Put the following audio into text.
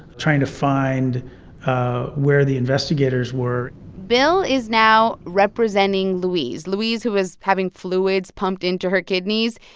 trying to find where the investigators were bill is now representing louise louise, who was having fluids pumped into her kidneys.